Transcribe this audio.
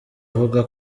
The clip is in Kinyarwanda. avuga